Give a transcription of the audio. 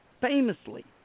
famously